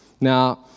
Now